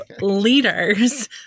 leaders